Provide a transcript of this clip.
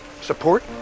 support